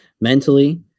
mentally